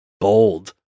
Bold